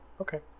okay